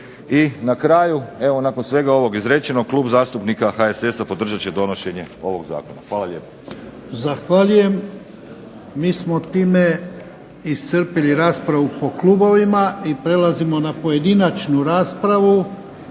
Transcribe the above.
I na kraju, evo nakon svega ovog izrečenog Klub zastupnika HSS-a podržat će donošenje ovog Zakona. Hvala lijepa. **Jarnjak, Ivan (HDZ)** Zahvaljujem. Mi smo time iscrpili raspravu po klubovima. I prelazimo na pojedinačnu raspravu.